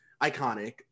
iconic